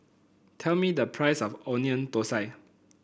tell me the price of Onion Thosai